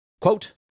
quote